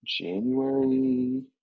January